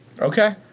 Okay